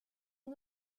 est